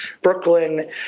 Brooklyn